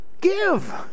Give